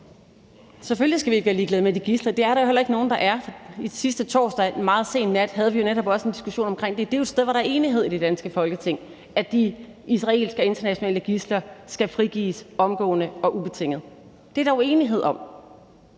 Selvfølgelig skal vi ikke være ligeglade med de gidsler. Det er der jo heller ikke nogen der er. Sidste torsdag meget sent havde vi netop også en diskussion om det. Det er jo noget, der er enighed om i det danske Folketing, nemlig om, at de israelske og internationale gidsler skal frigives omgående og ubetinget. Det er der jo enighed om.